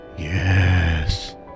Yes